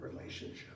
relationship